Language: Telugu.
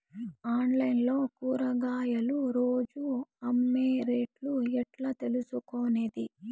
ఆన్లైన్ లో కూరగాయలు రోజు అమ్మే రేటు ఎట్లా తెలుసుకొనేది?